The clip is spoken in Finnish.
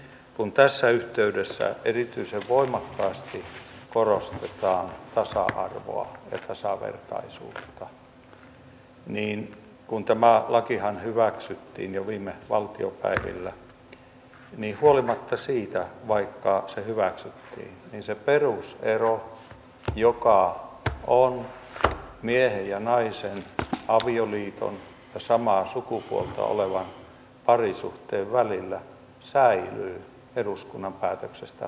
kun tässä yhteydessä erityisen voimakkaasti korostetaan tasa arvoa ja tasavertaisuutta niin kun tämä lakihan hyväksyttiin jo viime valtiopäivillä niin huolimatta siitä että se hyväksyttiin se perusero joka on miehen ja naisen avioliiton ja samaa sukupuolta olevan parisuhteen välillä säilyy eduskunnan päätöksestä huolimatta